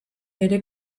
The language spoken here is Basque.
ere